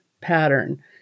pattern